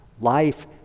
life